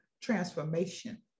transformation